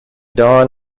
don